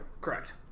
Correct